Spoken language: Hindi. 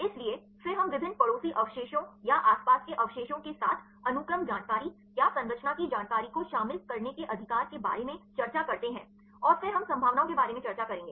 इसलिए फिर हम विभिन्न पड़ोसी अवशेषों या आसपास के अवशेषों के साथ अनुक्रम जानकारी या संरचना की जानकारी को शामिल करने के अधिकार के बारे में चर्चा करते हैं और फिर हम संभावनाओं के बारे में चर्चा करेंगे